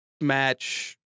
match